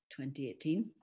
2018